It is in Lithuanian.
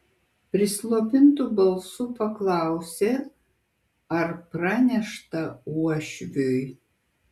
prislopintu balsu paklausė ar pranešta uošviui